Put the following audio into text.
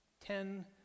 ten